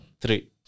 three